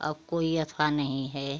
अब कोई अथवा नहीं है